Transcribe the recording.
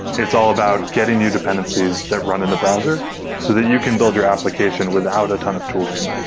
it's all about getting you dependencies that run in the browser so that you can build your application without a ton of tooling.